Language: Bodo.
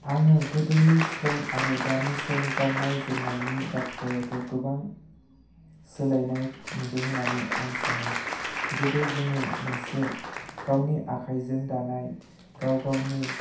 आङो गोदोनि सम आरो दानि सम गाननाय जोमनायनि बाथ्रायावथ' गोबां सोलायनाय नुदों होननानै आं सानो गोदो जोङो मोनसे गावनि आखाइजों दानाय गाव गावनो